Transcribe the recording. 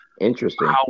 Interesting